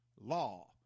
law